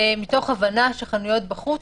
מתוך הבנה שחנויות בחוץ,